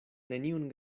neniun